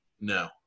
no